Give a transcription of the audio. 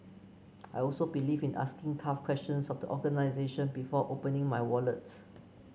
I also believe in asking tough questions of the organisation before opening my wallet